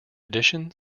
addition